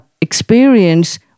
experience